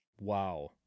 Wow